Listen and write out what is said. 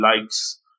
likes